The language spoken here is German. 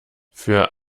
für